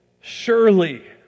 surely